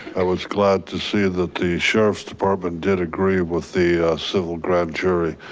i was glad to see the the sheriff's department did agree with the civil grand jury,